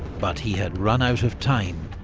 but he had run out of time.